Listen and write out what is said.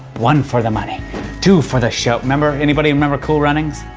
one fore the money two for the show. remember, anybody remember cool running?